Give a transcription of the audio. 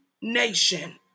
nation